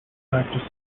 practice